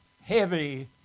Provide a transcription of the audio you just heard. heavy